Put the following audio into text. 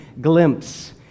glimpse